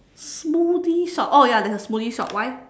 smoothie shop oh ya there's a smoothie shop why